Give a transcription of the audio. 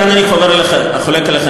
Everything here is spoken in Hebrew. כאן אני חולק עליך,